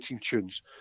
tunes